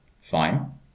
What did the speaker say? Fine